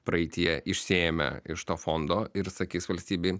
praeityje išsiėmę iš to fondo ir sakys valstybei